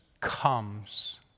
comes